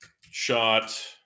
Shot